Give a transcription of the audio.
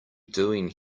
doing